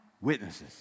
witnesses